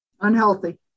Unhealthy